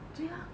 对啊